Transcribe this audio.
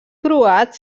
croat